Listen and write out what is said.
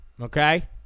Okay